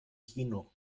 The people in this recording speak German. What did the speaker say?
kino